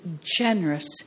generous